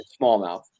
smallmouth